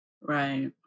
Right